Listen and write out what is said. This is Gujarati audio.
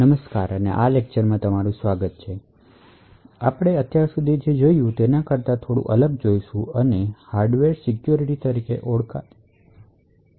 નમસ્કાર અને આ લેક્ચરમાં તમારું સ્વાગત છે આપણે અત્યાર સુધી જે કર્યું છે તેનાથી થોડો વિચલન લઈશું અને આપણે હાર્ડવેરસિક્યુરિટીપર ધ્યાન આપીશું